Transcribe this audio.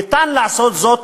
אפשר לעשות זאת,